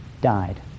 died